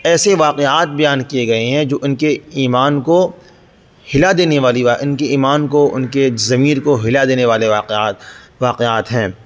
ایسے واقعات بیان کیے گئے ہیں جو ان کے ایمان کو ہلا دینے والی ان کے ایمان کو ان کے ضمیر کو ہلا دینے والے واقعات واقعات ہیں